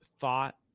thought